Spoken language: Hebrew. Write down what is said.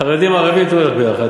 חרדים-ערבים תמיד הולך ביחד.